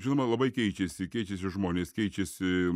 žinoma labai keičiasi keičiasi žmonės keičiasi